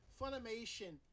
Funimation